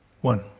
One